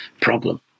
problem